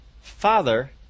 Father